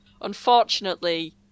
unfortunately